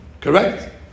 Correct